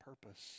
purpose